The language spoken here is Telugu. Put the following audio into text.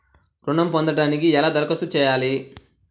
ఋణం పొందటానికి ఎలా దరఖాస్తు చేయాలి?